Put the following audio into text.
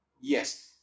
Yes